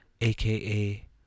aka